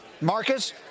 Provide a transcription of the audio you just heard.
Marcus